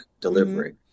delivery